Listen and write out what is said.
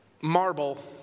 marble